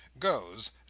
goes